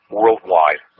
worldwide